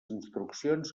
instruccions